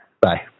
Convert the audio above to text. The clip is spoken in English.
Bye